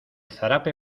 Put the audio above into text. zarape